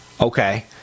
Okay